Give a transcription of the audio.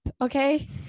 okay